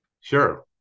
Sure